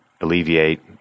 alleviate